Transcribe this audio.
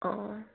অঁ